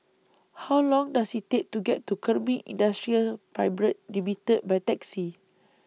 How Long Does IT Take to get to Kemin Industries Private Limited By Taxi